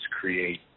create